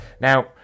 Now